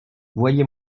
voyez